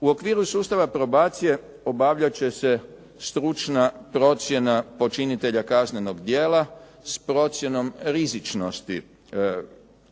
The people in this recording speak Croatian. U okviru sustava probacije obavljat će se stručna procjena počinitelja kaznenog djela s procjenom rizičnosti